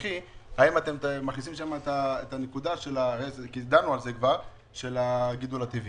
האם אתם מכניסים שם את הנקודה של גידול טבעי?